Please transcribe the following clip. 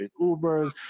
Ubers